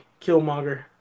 Killmonger